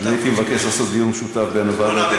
הייתי מבקש לעשות דיון משותף בין ועדת,